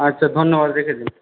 আচ্ছা ধন্যবাদ রেখে দিন